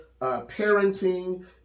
parenting